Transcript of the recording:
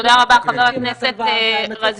תודה רבה, חבר הכנסת רזבוזוב.